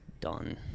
done